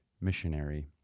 missionary